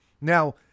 now